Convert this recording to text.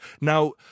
Now